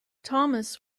thomas